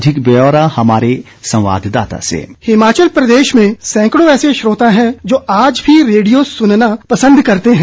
अधिक ब्यौरा हमारे संवाद्दाता से हिमाचल प्रदेश में सैंकड़ों ऐसे श्रोता है जो आज भी रेडियो सुनना पसंद करते हैं